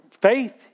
faith